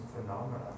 phenomena